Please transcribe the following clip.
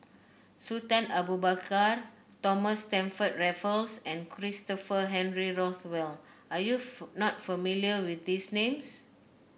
Sultan Abu Bakar Thomas Stamford Raffles and Christopher Henry Rothwell are you not familiar with these names